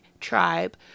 tribe